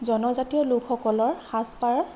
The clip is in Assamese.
জনজাতীয় লোকসকলৰ সাজপাৰ